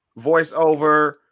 voiceover